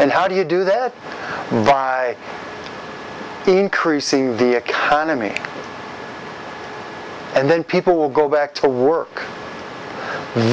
and how do you do that by increasing the anime and then people will go back to work